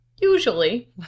usually